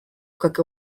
как